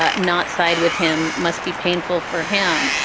ah not side with him, must be painful for him.